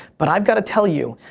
but i've go to tell you,